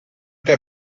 der